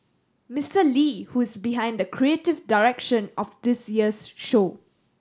Mister Lee who is behind the creative direction of this year's show